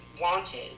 wanted